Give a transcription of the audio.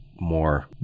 more